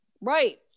Right